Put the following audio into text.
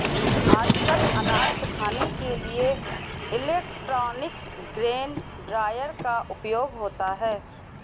आजकल अनाज सुखाने के लिए इलेक्ट्रॉनिक ग्रेन ड्रॉयर का उपयोग होता है